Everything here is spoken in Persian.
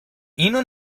اینو